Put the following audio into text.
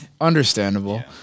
Understandable